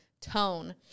tone